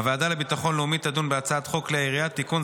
הוועדה לביטחון לאומי תדון בהצעת חוק כלי הירייה (תיקון,